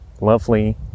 lovely